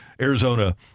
Arizona